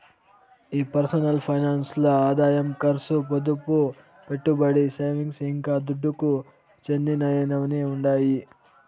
ఈ personal finance ల్ల ఆదాయం కర్సు, పొదుపు, పెట్టుబడి, సేవింగ్స్, ఇంకా దుడ్డుకు చెందినయ్యన్నీ ఉండాయి